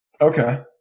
Okay